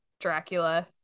Dracula